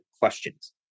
questions